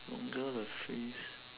longer the phrase